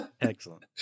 Excellent